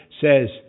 says